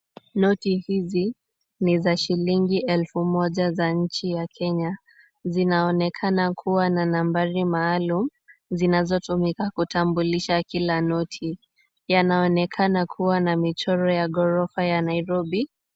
Noti hizi ni za shilingi elfu moja za nchi ya Kenya. Zinaonekana kuwa na nambari maalum zinazotumika kutambulisha kila noti. Yanaonekana kuwa na michoro ya ghorofa ya Nairobi.